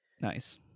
Nice